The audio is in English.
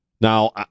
Now